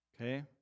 Okay